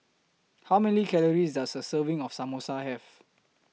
How Many Calories Does A Serving of Samosa Have